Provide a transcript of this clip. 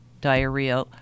diarrhea